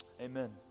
Amen